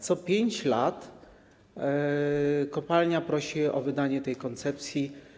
Co 5 lat kopalnia prosi o wydanie tej koncesji.